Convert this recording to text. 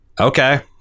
okay